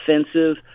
offensive